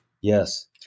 Yes